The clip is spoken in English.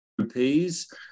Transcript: rupees